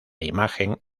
imagen